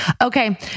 Okay